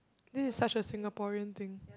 this is such a Singaporean thing